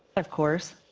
of course.